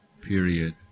period